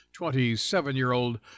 27-year-old